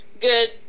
good